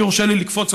אם יורשה לי לקפוץ,